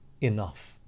enough